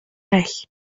recht